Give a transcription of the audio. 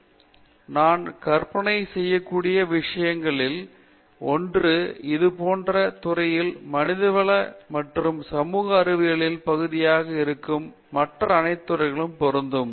பேராசிரியர் ராஜேஷ் குமார் நான் கற்பனை செய்யக்கூடிய விஷயங்களில் ஒன்று இது போன்ற ஒரு துறையின் மனிதவள மற்றும் சமூக அறிவியல்களின் பகுதியாக இருக்கும் மற்ற அனைத்து துறைகளுக்கும் பொருந்தும்